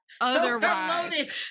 Otherwise